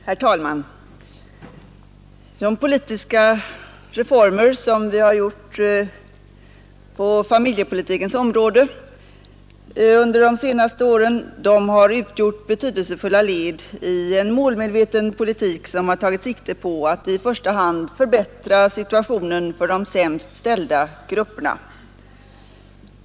Herr talman! Reformerna på familjepolitikens område under de senaste åren har utgjort betydelsefulla led i en målmedveten politik som tagit sikte på att i första hand förbättra situationen för de sämst ställda grupperna.